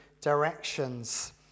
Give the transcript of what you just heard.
directions